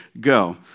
Go